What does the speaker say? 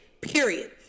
period